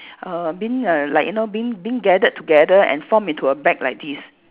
err being err like you know being being gathered together and form into a bag like this